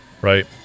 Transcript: right